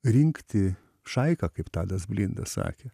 rinkti šaiką kaip tadas blinda sakė